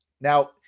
Now